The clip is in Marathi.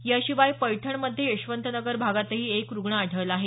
याशिवाय पैठणमध्ये यशवंतनगर भागातही एक रुग्ण आढळला आहे